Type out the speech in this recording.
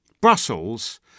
Brussels